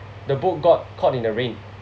the book got caught in the rain